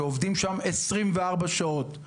שעובדים שם 24 שעות ביממה.